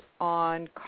on